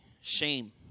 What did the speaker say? shame